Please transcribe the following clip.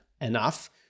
enough